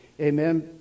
Amen